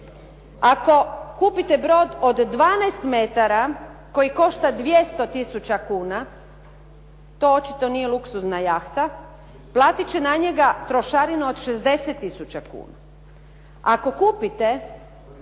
Ako kupite brod od 12 metara koji košta 200 tisuća kuna, to očito nije luksuzna jahta, platit će na njega trošarinu od 60 tisuća kuna. Ako kupite